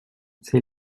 c’est